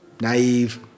naive